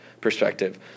perspective